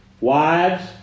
Wives